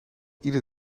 ieder